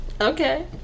Okay